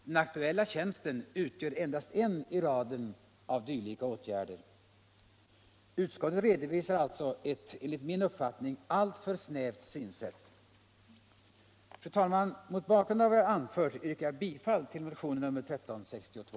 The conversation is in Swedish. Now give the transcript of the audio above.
Den aktuella tjänsten utgör endast en i raden av dylika åtgärder. Utskottet redovisar alltså ett enligt min uppfattning alltför snävt synfält. Fru talman! Mot bakgrund av vad jag anfört yrkar jag bifall till motionen 1362.